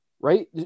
right